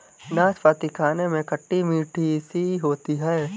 नाशपती खाने में खट्टी मिट्ठी सी होती है